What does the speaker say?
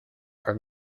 are